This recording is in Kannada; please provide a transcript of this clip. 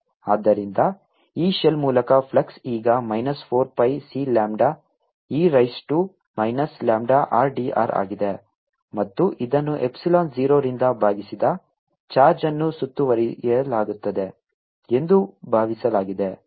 ಆದ್ದರಿಂದ ಈ ಶೆಲ್ ಮೂಲಕ ಫ್ಲಕ್ಸ್ ಈಗ minus 4 pi C lambda e raise to minus lambda r d r ಆಗಿದೆ ಮತ್ತು ಇದನ್ನು ಎಪ್ಸಿಲಾನ್ 0 ರಿಂದ ಭಾಗಿಸಿದ ಚಾರ್ಜ್ ಅನ್ನು ಸುತ್ತುವರಿಯಲಾಗುತ್ತದೆ ಎಂದು ಭಾವಿಸಲಾಗಿದೆ